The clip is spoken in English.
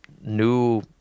new